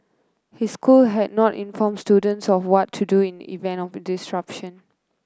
his school had not informed students of what to do in event of a disruption